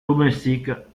domestiques